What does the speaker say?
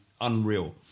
unreal